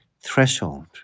threshold